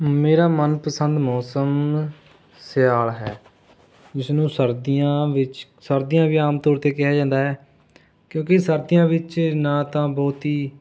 ਮੇਰਾ ਮਨਪਸੰਦ ਮੌਸਮ ਸਿਆਲ਼ ਹੈ ਜਿਸ ਨੂੰ ਸਰਦੀਆਂ ਵਿੱਚ ਸਰਦੀਆਂ ਵੀ ਆਮ ਤੌਰ 'ਤੇ ਕਿਹਾ ਜਾਂਦਾ ਹੈ ਕਿਉਂਕਿ ਸਰਦੀਆਂ ਵਿੱਚ ਨਾ ਤਾਂ ਬਹੁਤ ਹੀ